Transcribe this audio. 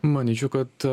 manyčiau kad